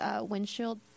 windshield